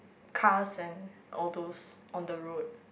cars and all those on the road